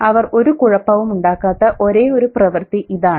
അവർ ഒരു കുഴപ്പവും ഉണ്ടാക്കാത്ത ഒരേയൊരു പ്രവർത്തി ഇതാണ്